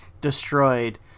destroyed